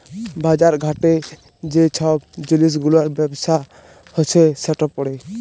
বাজার ঘাটে যে ছব জিলিস গুলার ব্যবসা হছে সেট পড়ে